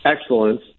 excellence